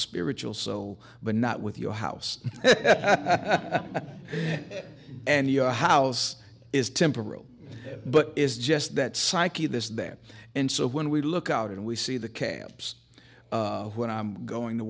spiritual soul but not with your house and your house is temporal but is just that psyche this that and so when we look out and we see the camps when i'm going to